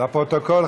לפרוטוקול,